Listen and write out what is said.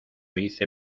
hice